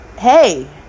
hey